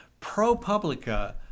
ProPublica